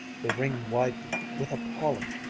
the ring widened with appalling,